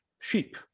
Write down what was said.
sheep